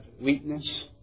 weakness